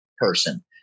person